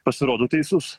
pasirodo teisus